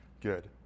Good